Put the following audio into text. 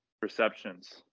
perceptions